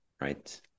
right